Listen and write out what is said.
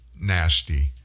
nasty